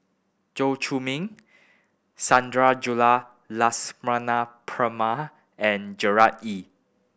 Chew Chor Meng Sundarajulu Lakshmana Perumal and Gerard Ee